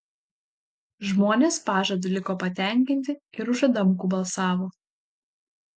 žmonės pažadu liko patenkinti ir už adamkų balsavo